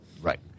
Right